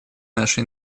наши